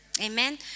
Amen